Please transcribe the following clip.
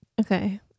Okay